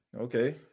Okay